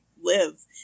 live